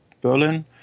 Berlin